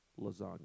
lasagna